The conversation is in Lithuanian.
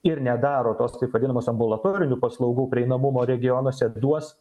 ir nedaro tos taip vadinamos ambulatorinių paslaugų prieinamumo regionuose duos